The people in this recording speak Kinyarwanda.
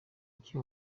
iki